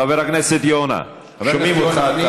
חבר הכנסת יונה, שומעים אותך.